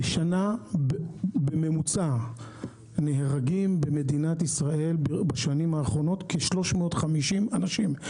בשנה בממוצע נהרגים במדינת ישראל בשנים האחרונות כ-350 אנשים.